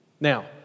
Now